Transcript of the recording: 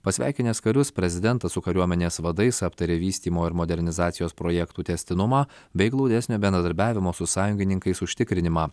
pasveikinęs karius prezidentas su kariuomenės vadais aptarė vystymo ir modernizacijos projektų tęstinumą bei glaudesnio bendradarbiavimo su sąjungininkais užtikrinimą